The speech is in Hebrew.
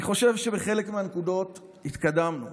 אני חושב שבחלק מהנקודות התקדמנו,